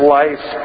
life